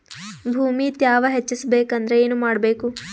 ಭೂಮಿ ತ್ಯಾವ ಹೆಚ್ಚೆಸಬೇಕಂದ್ರ ಏನು ಮಾಡ್ಬೇಕು?